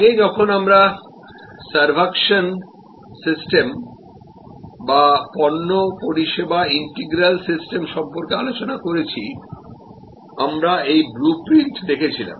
আগে যখন আমরা সার্ভাকশন সিস্টেম বা পণ্য পরিষেবা ইন্টিগ্রাল সিস্টেম সম্পর্কে আলোচনা করেছি আমরা এই ব্লু প্রিন্ট দেখছিলাম